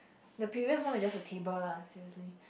the previous one was just a table lah seriously